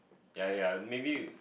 ya ya maybe